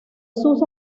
sus